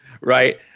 right